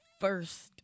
first